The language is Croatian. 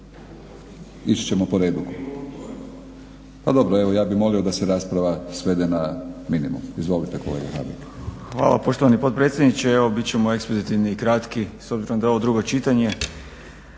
razumije./… Pa dobro ja bih molio da se rasprava svede na minimum. Izvolite kolega Habek. **Habek, Mario (SDP)** Hvala poštovani potpredsjedniče. Evo bit ćemo ekspeditivni i kratki s obzirom da je ovo drugo čitanje